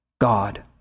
God